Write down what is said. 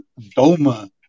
Doma